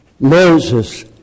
Moses